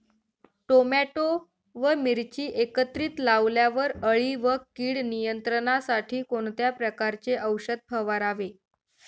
Tomato व मिरची एकत्रित लावल्यावर अळी व कीड नियंत्रणासाठी कोणत्या प्रकारचे औषध फवारावे?